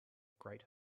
great